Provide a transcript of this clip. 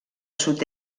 sud